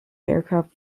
aircraft